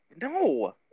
no